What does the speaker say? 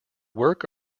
work